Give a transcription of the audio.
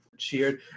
cheered